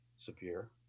severe